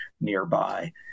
nearby